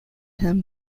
him